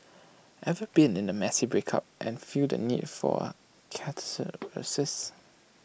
ever been in A messy breakup and feel the need for catharsis